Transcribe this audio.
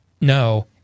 no